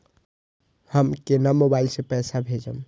हम केना मोबाइल से पैसा भेजब?